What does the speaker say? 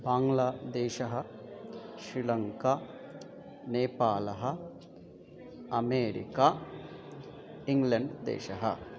बाङ्ग्लादेशः श्रिलङ्का नेपालः अमेरिका इङ्ग्लण्ड्देशः